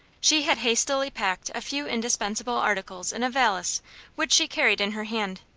she had hastily packed a few indispensable articles in a valise which she carried in her hand.